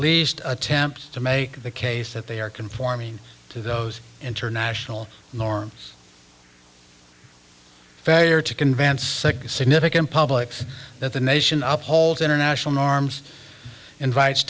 least attempt to make the case that they are conforming to those international norms failure to convince a significant public that the nation up holds international norms invites